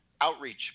outreach